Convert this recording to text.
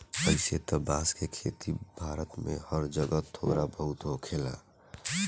अइसे त बांस के खेती भारत में हर जगह थोड़ा बहुत होखेला